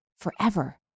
forever